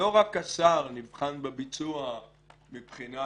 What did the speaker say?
לא רק השר נבחן בביצוע מבחינת